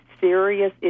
serious